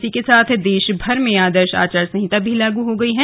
इसी के साथ देशभर में आदर्श आचार संहिता लागू हो गई है